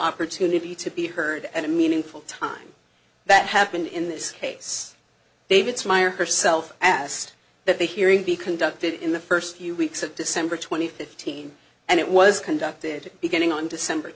opportunity to be heard and a meaningful time that happened in this case david's meyer herself asked that the hearing be conducted in the first few weeks of december twenty fifth and it was conducted beginning on december